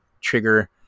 trigger